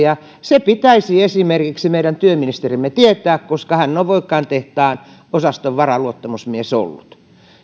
ja se pitäisi esimerkiksi meidän työministerimme tietää koska hän on voikkaan tehtaan osaston varaluottamusmies ollut